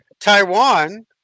Taiwan